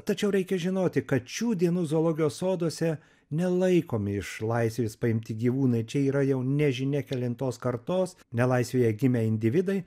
tačiau reikia žinoti kad šių dienų zoologijos soduose nelaikomi iš laisvės paimti gyvūnai čia yra jau nežinia kelintos kartos nelaisvėje gimę individai